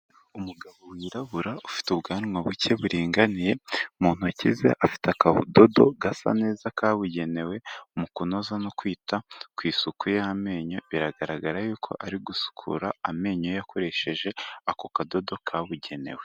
Umugabo wirabura ufite ubwanwa buke buringaniye, mu ntoki ze afite akadodo gasa neza kabugenewe mu kunoza no kwita ku isuku y'amenyo. Biragaragara yuko ari gusukura amenyo ye yakoresheje ako kadodo kabugenewe.